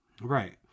Right